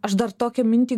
aš dar tokią mintį